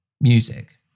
music